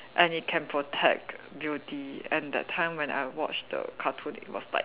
and he can protect beauty and that time when I watched the cartoon it was like